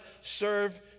serve